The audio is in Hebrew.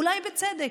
אולי בצדק,